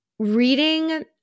Reading